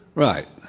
right.